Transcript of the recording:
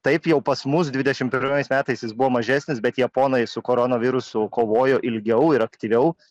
taip jau pas mus dvidešim pirmais metais jis buvo mažesnis bet japonai su koronavirusu kovojo ilgiau ir aktyviau